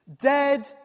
dead